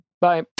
Bye